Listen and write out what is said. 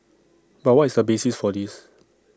but what is the basis for this